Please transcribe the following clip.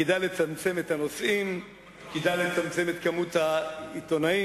כדאי לצמצם את מספר העיתונאים,